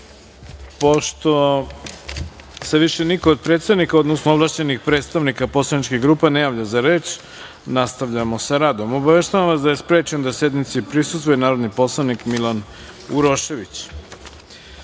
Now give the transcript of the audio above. se više neko od predsednika, odnosno ovlašćenih predstavnika poslaničkih grupa ne javlja za reč, nastavljamo sa radom. Obaveštavam vas da je sprečen da sednici prisustvuje narodni poslanik Milan Urošević. Pre